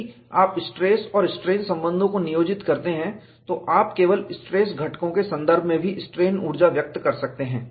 यदि आप स्ट्रेस और स्ट्रेन संबंधों को नियोजित करते हैं तो आप केवल स्ट्रेस घटकों के संदर्भ में भी स्ट्रेन ऊर्जा व्यक्त कर सकते हैं